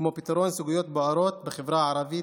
כמו פתרון סוגיות בוערות בחברה הערבית,